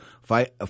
fight